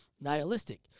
nihilistic